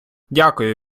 дякую